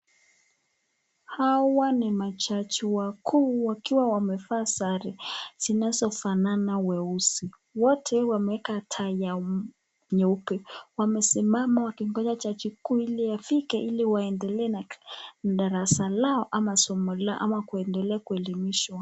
Hawa ni majaji wakuu wakiwa wamevaa sare zinazo fanana weusi wote wameeka tie nyeupe wamesimama wakingoja jaji mkuu li afike ili waendelee darasa lao ama somo lao ama kuendelea kuelimishwa.